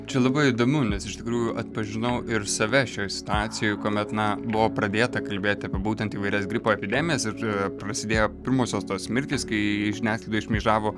čia labai įdomu nes iš tikrųjų atpažinau ir save šioj situacijoj kuomet na buvo pradėta kalbėti apie būtent įvairias gripo epidemijas ir prasidėjo pirmosios tos mirtys kai žiniasklaidoj šmėžavo